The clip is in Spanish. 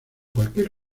cualquier